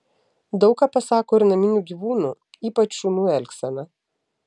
daug ką pasako ir naminių gyvūnų ypač šunų elgsena